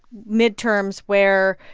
midterms where,